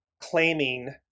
claiming